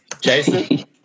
Jason